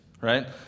right